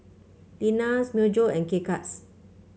Lenas Myojo and K Cuts